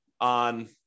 on